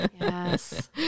Yes